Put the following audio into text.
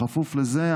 בכפוף לזה,